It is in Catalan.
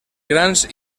grans